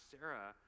Sarah